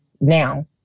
now